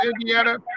Indiana